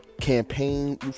Campaign